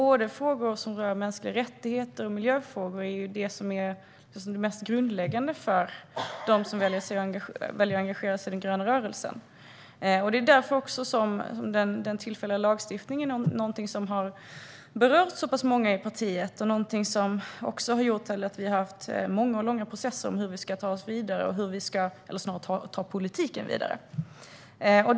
Frågor som rör mänskliga rättigheter och miljöfrågor är de mest grundläggande för dem som väljer att engagera sig i den gröna rörelsen. Det är också därför som den tillfälliga lagstiftningen är någonting som har berört så pass många i partiet. Det är någonting som har gjort att vi har haft många och långa processer om hur vi ska ta politiken vidare.